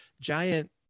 giant